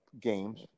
games